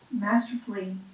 masterfully